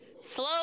Slow